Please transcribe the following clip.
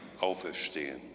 auferstehen